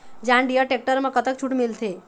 John Deere tractor म कतक छूट मिलथे?